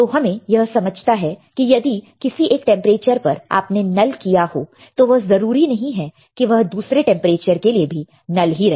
तो हमें यह समझता है कि यदि किसी एक टेंपरेचर पर आपने नल किया हो तो वह जरूरी नहीं है कि वह दूसरे टेंपरेचर के लिए भी नल ही रहे